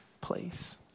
place